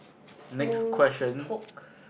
small talk